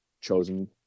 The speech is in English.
chosen